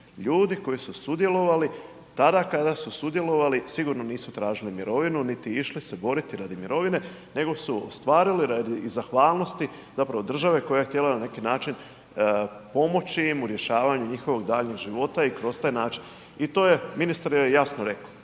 ljudi koji su sudjelovali tada kada su sudjelovali sigurno nisu tražili mirovinu, niti išli se boriti radi mirovine, nego su ostvarili radi iz zahvalnosti zapravo države koja je htjela na neki način pomoći im u rješavanju njihovog daljnjeg života i kroz taj način, i to je ministar jasno reko,